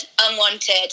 unwanted